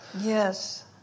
Yes